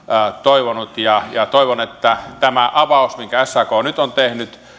toivonut toivon että tämän avauksen pohjalta minkä sak nyt on tehnyt